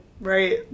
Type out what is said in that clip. Right